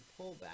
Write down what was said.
pullback